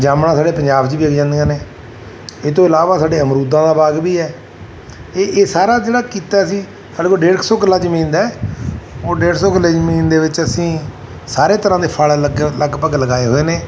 ਜਾਮਣਾਂ ਸਾਡੇ ਪੰਜਾਬ 'ਚ ਹੀ ਵਿਕ ਜਾਂਦੀਆਂ ਨੇ ਇਸ ਤੋਂ ਇਲਾਵਾ ਸਾਡੇ ਅਮਰੂਦਾਂ ਦਾ ਬਾਗ ਵੀ ਹੈ ਇਹ ਇਹ ਸਾਰਾ ਜਿਹੜਾ ਕੀਤਾ ਸੀ ਸਾਡੇ ਕੋਲ ਡੇਢ ਕ ਸੌ ਕਿੱਲਾ ਜ਼ਮੀਨ ਦਾ ਹੈ ਉਹ ਡੇਢ ਸੌ ਕਿਲੇ ਜ਼ਮੀਨ ਦੇ ਵਿੱਚ ਅਸੀਂ ਸਾਰੇ ਤਰ੍ਹਾਂ ਦੇ ਫਲ ਲੱਗ ਲਗਭਗ ਲਗਾਏ ਹੋਏ ਨੇ